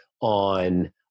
on